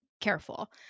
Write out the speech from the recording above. careful